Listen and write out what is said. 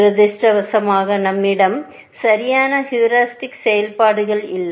துரதிர்ஷ்டவசமாக நம்மிடம் சரியான ஹீரிஸ்டிக்செயல்பாடுகள் இல்லை